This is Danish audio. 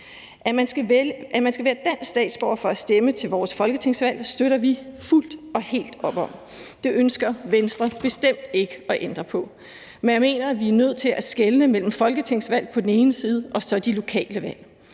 At man skal være dansk statsborger for at stemme til vores folketingsvalg, støtter vi fuldt og helt op om. Det ønsker Venstre bestemt ikke at ændre på. Men jeg mener, at vi er nødt til at skelne mellem folketingsvalg på den ene side og så de lokale valg